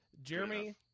Jeremy